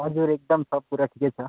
हजुर एकदम सब कुरा ठिकै छ